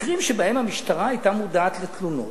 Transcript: מקרים שבהם המשטרה היתה מודעת לתלונות,